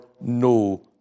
no